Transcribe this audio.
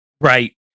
Right